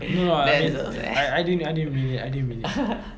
that's so sad